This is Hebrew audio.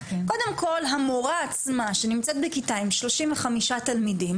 קודם כל המורה עצמה שנמצאת בכיתה עם 35 תלמידים